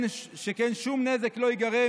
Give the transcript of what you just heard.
שכן שום נזק לא ייגרם,